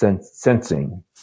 sensing